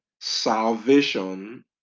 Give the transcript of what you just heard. salvation